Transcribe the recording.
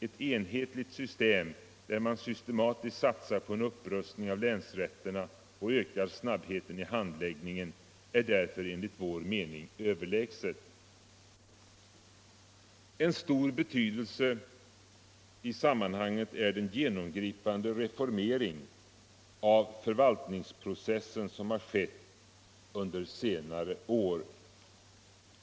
Ett enhetligt system, där man systematiskt satsar på en upprustning av länsrätterna och ökar snabbheten i handläggningen, är därför enligt vår mening överlägset. Av stor betydelse i sammanhanget är den genomgripande reformering av förvaltningsprocessen som har skett under senare år.